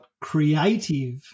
creative